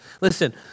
Listen